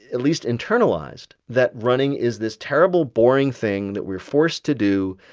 at least, internalized that running is this terrible, boring thing that we're forced to do.